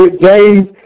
James